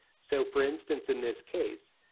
so, for instance, in this case,